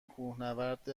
کوهنورد